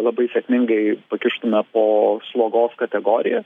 labai sėkmingai pakištume po slogos kategorija